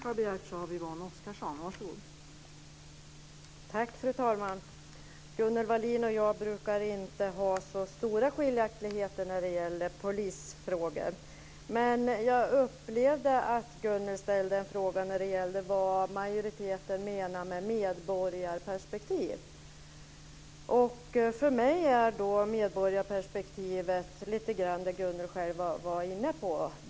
Fru talman! Gunnel Wallin och jag brukar inte ha så stora skiljaktigheter när det gäller polisfrågor. Men jag upplevde att hon ställde en fråga om vad majoriteten menar med medborgarperspektiv. För mig är medborgarperspektivet lite grann det som Gunnel Wallin själv var inne på.